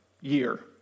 year